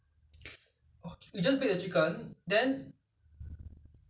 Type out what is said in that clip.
you put coconut ah in the rice make like go and like coconut rice then